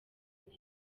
neza